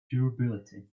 durability